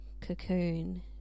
Cocoon